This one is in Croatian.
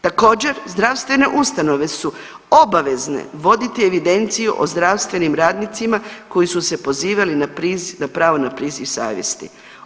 Također zdravstvene ustanove su obavezne voditi evidenciju o zdravstvenim radnicima koji su se pozivali na priziv, na pravo na priziv savjesti.